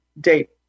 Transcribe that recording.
date